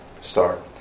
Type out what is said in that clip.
start